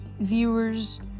viewers